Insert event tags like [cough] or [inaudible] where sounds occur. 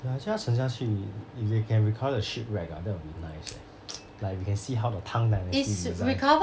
ya 他沉下去 if they can recover the shipwreck ah that will be nice eh [noise] like you can see how the tang dynasty is like